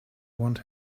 want